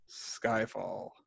Skyfall